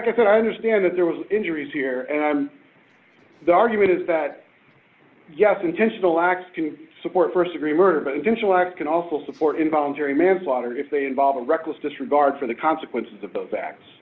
can understand that there was injuries here and i'm the argument is that yes intentional acts can support st degree murder but eventually act can also support involuntary manslaughter if they involve a reckless disregard for the consequences of those acts